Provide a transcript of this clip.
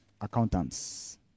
accountants